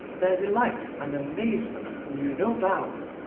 their delight and amazement knew no bounds.